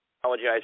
apologize